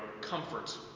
Comfort